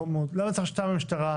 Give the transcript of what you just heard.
למה אני צריך שניים מהמשטרה,